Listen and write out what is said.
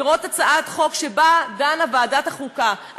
לראות הצעת חוק שוועדת החוקה דנה בה.